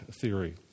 theory